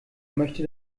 möchte